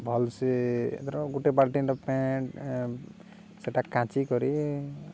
ଭଲ ସେ ଏ ଧର ଗୋଟେ ବାଲ୍ଟି ନ ପ୍ୟାଣ୍ଟ ସେଇଟା କାଚି କରି